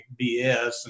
bs